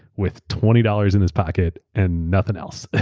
with twenty dollars in his pocket and nothing else.